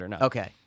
Okay